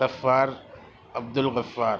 Ghaffar Abdul Ghaffar